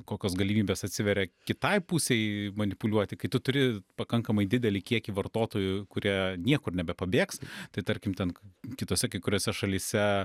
kokios galimybės atsiveria kitai pusei manipuliuoti kai tu turi pakankamai didelį kiekį vartotojų kurie niekur nebepabėgs tai tarkim ten kitose kai kuriose šalyse